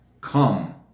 Come